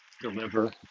deliver